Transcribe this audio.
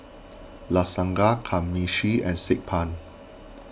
Lasagna Kamameshi and Saag Paneer